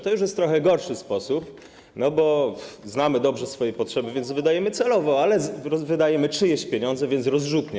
To już jest trochę gorszy sposób, bo znamy dobrze swoje potrzeby, więc wydajemy celowo, ale wydajemy czyjeś pieniądze, więc robimy to rozrzutnie.